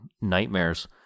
nightmares